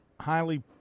highly